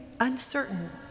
uncertain